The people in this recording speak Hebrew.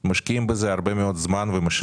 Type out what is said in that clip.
הוא משקיעים בזה הרבה מאוד זמן ומשאבים.